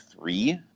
three